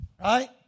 Right